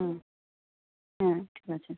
হুম হ্যাঁ ঠিক আছে